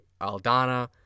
Aldana